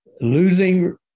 losing